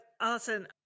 Alison